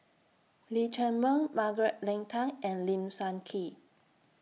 Lee Chiaw Meng Margaret Leng Tan and Lim Sun Gee